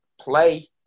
play